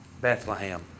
Bethlehem